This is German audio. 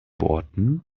worten